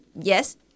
yes